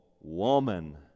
woman